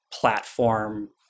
platform